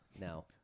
No